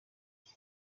icyo